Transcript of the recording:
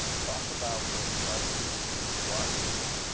talk about what brought you to washington.